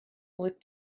with